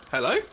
Hello